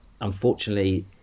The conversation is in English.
unfortunately